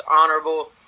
honorable